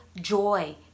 joy